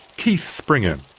keith springer.